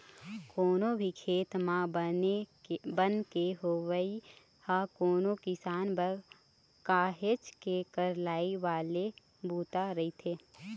कोनो भी खेत म बन के होवई ह कोनो किसान बर काहेच के करलई वाले बूता रहिथे